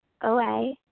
OA